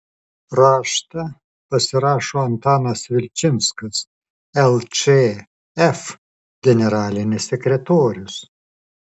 raštą pasirašo antanas vilčinskas lčf generalinis sekretorius